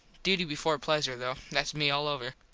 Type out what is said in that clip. duty before pleasure though. thats me all over.